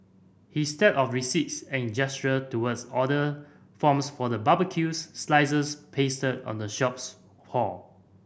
his stack of receipts and gesture towards order forms for the barbecues slices pasted on the shop's hall